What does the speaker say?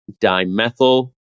dimethyl